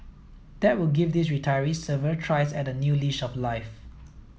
that would give these retirees several tries at a new leash of life